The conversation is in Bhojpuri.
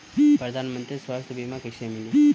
प्रधानमंत्री स्वास्थ्य बीमा कइसे मिली?